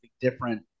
different